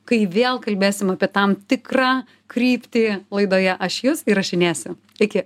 kai vėl kalbėsim apie tam tikrą kryptį laidoje aš jus įrašinėsiu iki